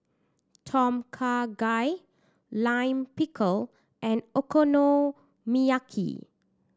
Tom Kha Gai Lime Pickle and Okonomiyaki